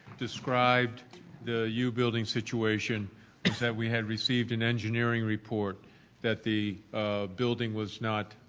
described the u building situation is that we have received an engineering report that the building was not